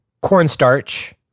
cornstarch